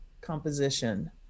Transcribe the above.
composition